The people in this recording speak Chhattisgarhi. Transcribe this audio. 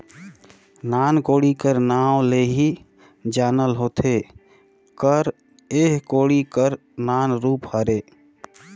नान कोड़ी कर नाव ले ही जानल होथे कर एह कोड़ी कर नान रूप हरे